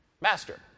Master